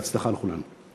בהצלחה לכולם.